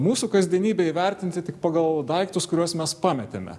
mūsų kasdienybę vertinti tik pagal daiktus kuriuos mes pametėme